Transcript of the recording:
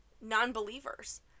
non-believers